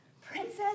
Princess